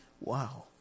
Wow